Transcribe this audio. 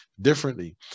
differently